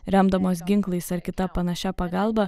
remdamos ginklais ar kita panašia pagalba